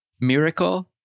miracle